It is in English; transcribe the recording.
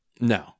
No